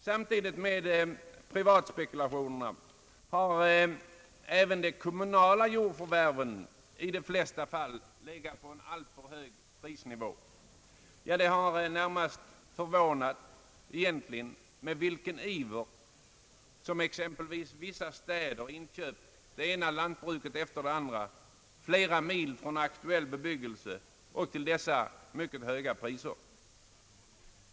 Samtidigt med den privata spekulationen har de kommunala jordförvärven i de flesta fall legat på en alltför hög prisnivå. Det är förvånande med vilken iver som exempelvis vissa städer inköpt det ena lantbruket efter det andra flera mil från aktuell bebyggelse och till mycket höga priser.